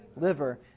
liver